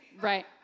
right